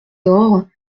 dor